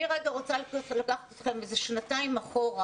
אני רוצה לקחת אתכם שנתיים אחורה,